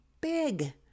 big